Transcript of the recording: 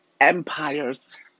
empires